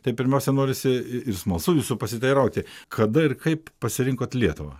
tai pirmiausia norisi ir smalsu jūsų pasiteirauti kada ir kaip pasirinkot lietuvą